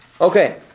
Okay